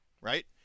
right